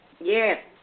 Yes